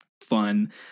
fun